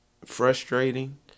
Frustrating